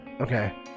Okay